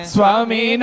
Swami